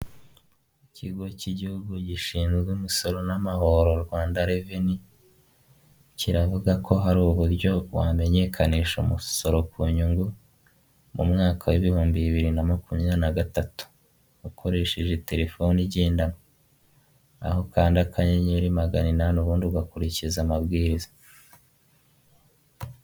Ikigo cy'igihugu gishinzwe umusoro n'amahoro Rwanda reveni, kiravuga ko hari uburyo wamenyekanisha umusoro ku nyungu, mu mwaka w'ibihumbi bibiri na makumyabiri na gatatu, ukoresheje telefoni igendanwa. Aho ukanda akanyenyeri magana inani; ubundi ugakurikiza amabwiriza.